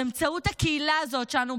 באמצעות הקהילה הזאת שאנו,